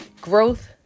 growth